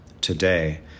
today